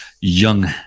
young